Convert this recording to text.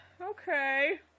Okay